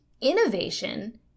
innovation